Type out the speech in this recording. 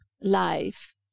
life